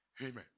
Amen